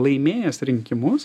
laimėjęs rinkimus